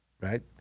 Right